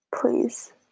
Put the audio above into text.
Please